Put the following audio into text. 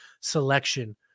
selection